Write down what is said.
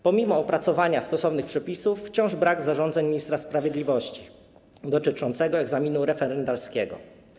Pomimo opracowania stosownych przepisów wciąż brak jest zarządzeń ministra sprawiedliwości dotyczących egzaminu referendarskiego.